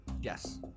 Yes